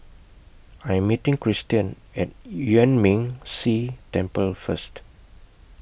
I'm meeting Cristian At Yuan Ming Si Temple First